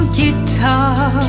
guitar